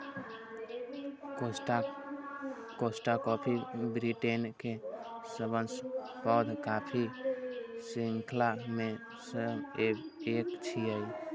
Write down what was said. Costa coffee Britain के सबसं पैघ कॉफी शृंखला मे सं एक छियै